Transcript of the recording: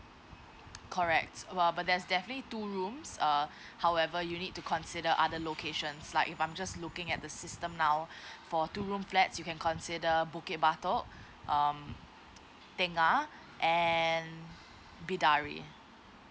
correct err but that's definitely two rooms err however you need to consider other locations like if I'm just looking at the system now for two room flat you can consider bukit batok um tengah and bidari